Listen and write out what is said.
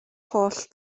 holl